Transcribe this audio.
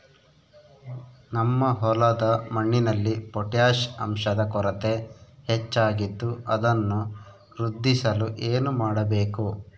ನಮ್ಮ ಹೊಲದ ಮಣ್ಣಿನಲ್ಲಿ ಪೊಟ್ಯಾಷ್ ಅಂಶದ ಕೊರತೆ ಹೆಚ್ಚಾಗಿದ್ದು ಅದನ್ನು ವೃದ್ಧಿಸಲು ಏನು ಮಾಡಬೇಕು?